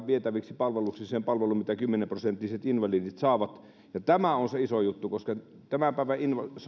vietäväksi palveluksi sen palvelun mitä kymmenen prosenttiset invalidit saavat ja tämä on se iso juttu koska tämän päivän